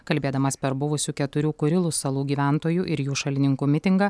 kalbėdamas per buvusių keturių kurilų salų gyventojų ir jų šalininkų mitingą